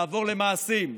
לעבור למעשים.